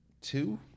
two